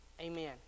amen